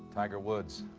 tiger woods,